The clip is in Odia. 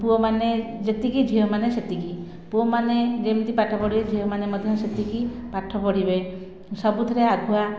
ପୁଅମାନେ ଯେତିକି ଝିଅମାନେ ସେତିକି ପୁଅମାନେ ଯେମିତି ପାଠପଢ଼ିବେ ଝିଅମାନେ ମଧ୍ୟ ସେତିକି ପାଠପଢ଼ିବେ ସବୁଥିରେ ଆଗୁଆ